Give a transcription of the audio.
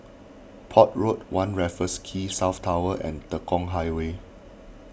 Port Road one Raffles Quay South Tower and Tekong Highway